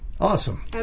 awesome